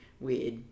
weird